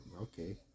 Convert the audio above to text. okay